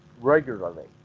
regularly